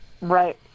Right